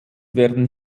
werden